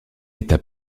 état